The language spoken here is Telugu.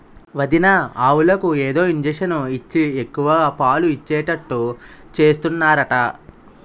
వదినా ఆవులకు ఏదో ఇంజషను ఇచ్చి ఎక్కువ పాలు ఇచ్చేటట్టు చేస్తున్నారట